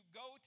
go